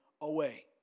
away